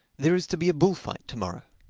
there is to be a bullfight to-morrow.